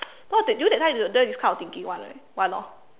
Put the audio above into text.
!wah! that time you know that time I don't have this kind of thinking [one] right why ah